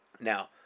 Now